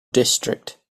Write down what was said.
district